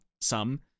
Sum